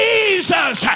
Jesus